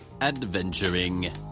adventuring